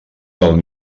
del